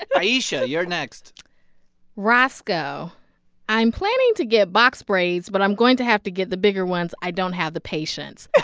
ayesha, you're next rascoe i'm planning to get box braids, but i'm going to have to get the bigger ones. i don't have the patience